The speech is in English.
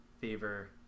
fever